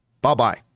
bye-bye